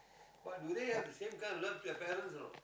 but they have same kind of love for your parents or not